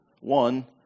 One